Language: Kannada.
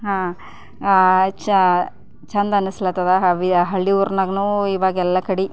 ಚ ಚೆಂದ ಅನ್ನಿಸ್ಲತ್ತದ ಹವಿ ಹಳ್ಳಿ ಊರಿನಾಗೂ ಇವಾಗೆಲ್ಲ ಕಡೆ